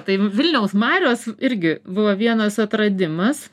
tai vilniaus marios irgi buvo vienas atradimas